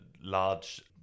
large